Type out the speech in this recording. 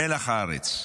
מלח הארץ.